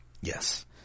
Yes